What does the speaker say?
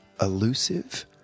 elusive